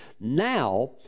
Now